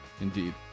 Indeed